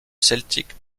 celtique